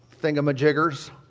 thingamajiggers